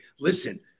listen